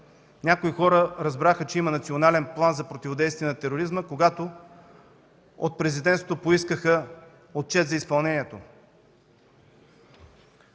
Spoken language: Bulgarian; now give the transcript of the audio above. Някои хора разбраха, че има Национален план за противодействие на тероризма, когато от Президентството поискаха отчет за изпълнението